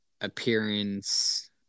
appearance